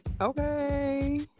Okay